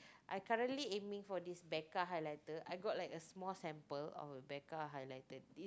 I currently aiming for this Becka highlighter I got like a small sample of Becka highlighter it's